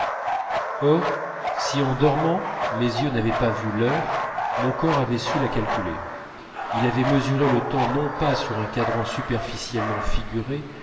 or si en dormant mes yeux n'avaient pas vu l'heure mon corps avait su la calculer il avait mesuré le temps non pas sur un cadran superficiellement figuré